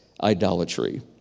idolatry